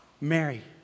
Mary